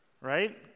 Right